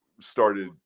started